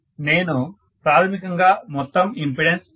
నేను ప్రాథమికంగా మొత్తం ఇంపెడన్స్ 5